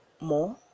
more